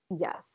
Yes